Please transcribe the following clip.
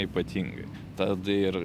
ypatingai tad ir